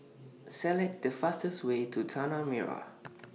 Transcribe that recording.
Select The fastest Way to Tanah Merah